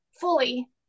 fully